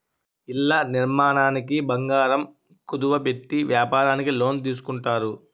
ఇళ్ల నిర్మాణానికి బంగారం కుదువ పెట్టి వ్యాపారానికి లోన్ తీసుకుంటారు